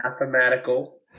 mathematical